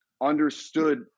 understood